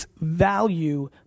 value